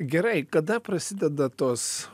gerai kada prasideda tos